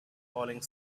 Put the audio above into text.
falling